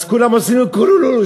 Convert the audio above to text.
אז כולם עושים לו קו-לו-לוש,